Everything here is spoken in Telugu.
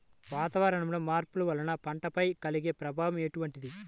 వాతావరణంలో మార్పుల వల్ల పంటలపై కలిగే ప్రభావం ఎటువంటిది?